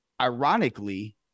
ironically